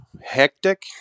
hectic